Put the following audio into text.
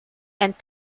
and